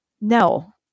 No